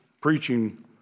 preaching